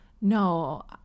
no